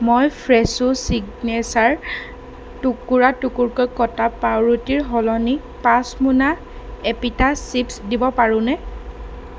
মই fresco signature টুকুৰা টুকুৰকৈ কটা পাওৰুটিৰ সলনি পাঁচ মোনা এপিটাছ চিপ্ছ দিব পাৰোনে